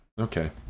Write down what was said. Okay